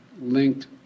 linked